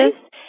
Yes